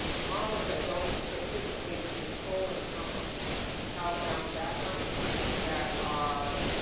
models that don't sufficiently control and account for child family background that are